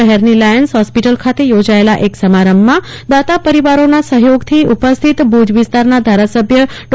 શહેરની Lions hospital ખાતે યોજાયેલા એક સમારંભમાં દાતા પરિવારોના સહયોગથી ઉપસ્થિત ભુજ વિસ્તારના ધારાસભ્ય ડો